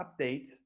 update